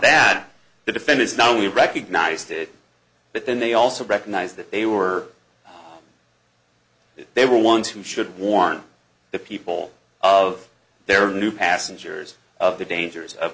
that the defendants not only recognized it but then they also recognize that they were they were ones who should warn the people of their new passengers of the dangers of